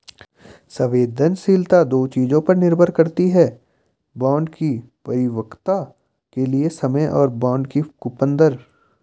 संवेदनशीलता दो चीजों पर निर्भर करती है बॉन्ड की परिपक्वता के लिए समय और बॉन्ड की कूपन दर